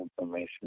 information